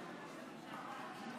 עוברים לסעיף הבא על סדר